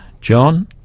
John